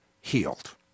healed